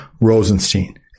Rosenstein